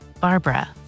Barbara